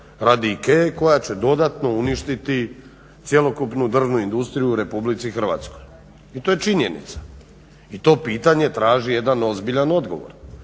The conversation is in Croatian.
radi IKEA-e koja će dodatno uništiti cjelokupnu drvnu industriju u RH i to je činjenica i to pitanje traži jedan ozbiljan odgovor.